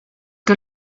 que